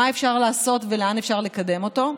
מה אפשר לעשות ולאן אפשר לקדם אותו.